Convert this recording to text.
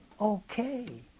Okay